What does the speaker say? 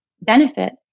benefit